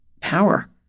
power